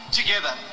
together